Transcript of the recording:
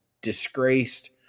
disgraced